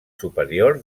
superior